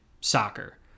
soccer